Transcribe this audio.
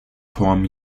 form